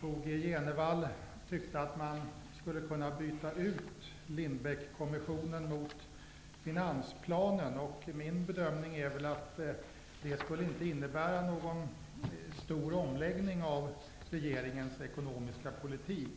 Bo G Jenevall tyckte att man skulle kunna byta ut finansplanen mot Lindbeckkommissionens förslag. Min bedömning är att det inte skulle innebära någon stor omläggning av regeringens ekonomiska politik.